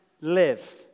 live